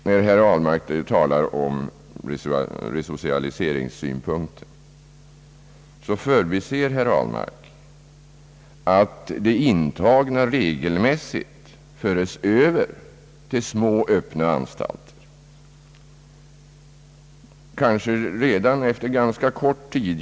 När herr Ahlmark talar om resocialiseringssynpunkten, så förbiser han att de intagna regelmässigt förs över till små öppna anstalter kanske redan efter ganska kort tid.